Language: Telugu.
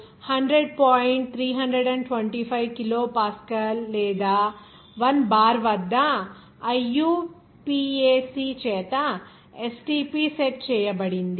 325 కిలో పాస్కల్ లేదా 1 బార్ వద్ద IUPAC చేత STP సెట్ చేయబడింది